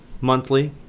monthly